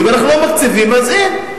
ואם אנחנו לא מקציבים אז אין,